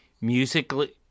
musically